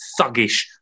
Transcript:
thuggish